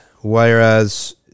Whereas